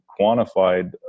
quantified